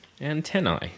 Antennae